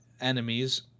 enemies